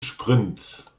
sprint